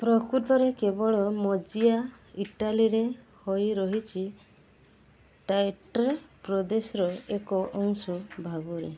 ପ୍ରକୃତରେ କେବଳ ମଜିଆ ଇଟାଲୀୟ ହେଇ ରହିଛି ଟ୍ରାଇଷ୍ଟେ ପ୍ରଦେଶର ଏକ ଅଂଶ ଭାବରେ